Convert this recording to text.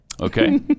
Okay